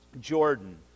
Jordan